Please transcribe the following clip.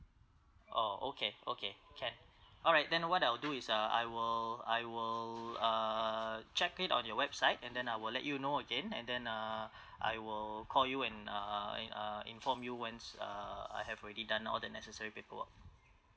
oh okay okay can alright then what I'll do is uh I will I will uh check it on your website and then I will let you know again and then uh I will call you and uh in~ uh inform you once uh I have already done all the necessary paperwork